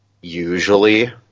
usually